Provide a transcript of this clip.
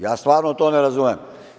Ja stvarno to ne razumem.